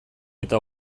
eta